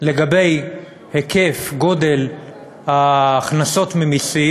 לגבי היקף ההכנסות ממסים,